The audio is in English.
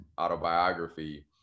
autobiography